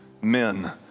men